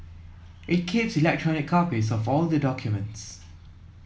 it keeps electronic copies of all the documents